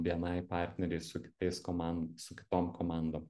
bni partneriais su kitais koman su kitom komandom